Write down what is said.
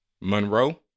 Monroe